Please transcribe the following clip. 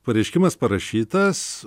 pareiškimas parašytas